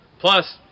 Plus